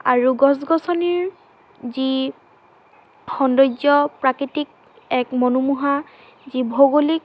আৰু গছ গছনিৰ যি সৌন্দৰ্য প্ৰাকৃতিক এক মনোমোহা যি ভৌগোলিক